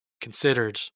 considered